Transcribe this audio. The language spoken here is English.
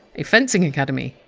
a fencing academy.